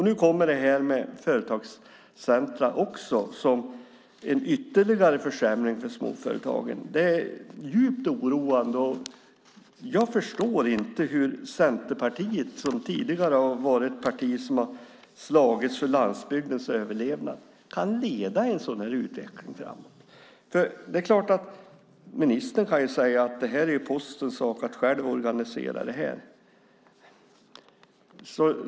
Nu kommer detta med företagscentren som en ytterligare försämring för småföretagen. Det är djupt oroande. Jag förstår inte hur Centerpartiet, som tidigare har slagits för landsbygdens överlevnad, kan leda en sådan utveckling. Det är klart att ministern kan säga att det är Postens sak att själv organisera detta.